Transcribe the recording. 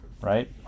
right